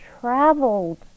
traveled